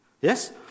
yes